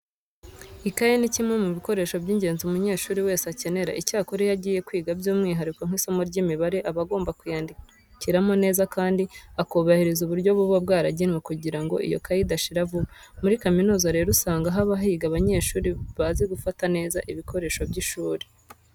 Ikayi ni kimwe mu bikoresho by'ingenzi umunyeshuri wese akenera. Icyakora iyo agiye kwiga by'umwihariko nk'isomo ry'imibare, aba agomba kuyandikiramo neza kandi akubahiriza uburyo buba bwaragenwe kugira ngo iyo kayi idashira vuba. Muri kaminuza rero usanga haba higa abanyeshuri bazi gufata neza ibikoresho by'ishuri.